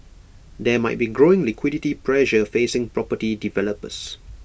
there might be growing liquidity pressure facing property developers